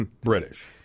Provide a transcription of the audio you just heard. British